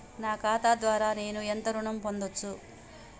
నా ఖాతా ద్వారా నేను ఎంత ఋణం పొందచ్చు?